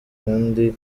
kandi